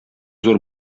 зур